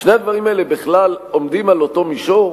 שני הדברים האלה עומדים בכלל על אותו מישור?